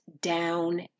down